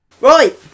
right